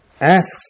Asks